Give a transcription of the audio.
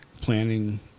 planning